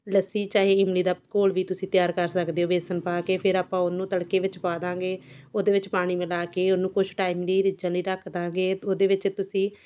ਲੱਸੀ ਚਾਹੇ ਇਮਲੀ ਦਾ ਘੋਲ ਵੀ ਤੁਸੀਂ ਤਿਆਰ ਕਰ ਸਕਦੇ ਹੋ ਵੇਸਨ ਪਾ ਕੇ ਫਿਰ ਆਪਾਂ ਉਹਨੂੰ ਤੜਕੇ ਵਿੱਚ ਪਾ ਦੇਵਾਂਗੇ ਉਹਦੇ ਵਿੱਚ ਪਾਣੀ ਮਿਲਾ ਕੇ ਉਹਨੂੰ ਕੁਛ ਟਾਈਮ ਲਈ ਰਿੱਝਣ ਲਈ ਰੱਖ ਦੇਵਾਂਗੇ ਉਹਦੇ ਵਿੱਚ ਤੁਸੀਂ